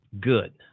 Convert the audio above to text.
good